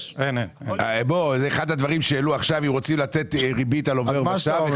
זה אחד הדברים שהעלו עכשיו אם רוצים לתת ריבית על עובר ושב.